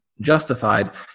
justified